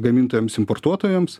gamintojams importuotojams